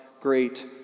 great